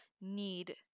need